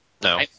No